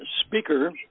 speaker